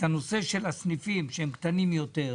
הנושא של הסניפים שהם קטנים יותר,